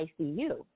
ICU